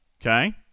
Okay